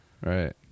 Right